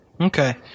Okay